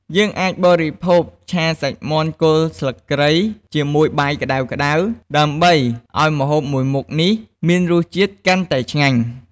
យើងអាចបរិភោគឆាសាច់មាន់គល់ស្លឹកគ្រៃជាមួយបាយក្តៅៗ ដើម្បីឱ្យម្ហូបមួយមុខនេះមានរសជាតិកាន់តែឆ្ងាញ់។